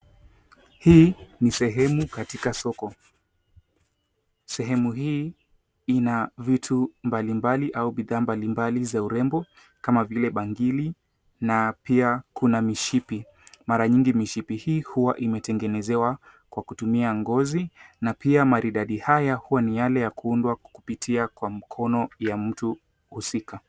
Hii ni sehemu katika soko. Sehemu hii ina vitu mbalimbali au bidhaa mbalimbali za urembo kama vile bangili, na pia kuna mishipi. Mara nyingi mishipi hii huwa imetengenezewa kwa kutumia ngozi na pia maridadi haya huwa ni yale ya kuundwa kupitia kwa mkono ya mtu husika.